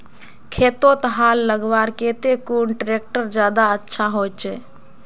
खेतोत हाल लगवार केते कुन ट्रैक्टर ज्यादा अच्छा होचए?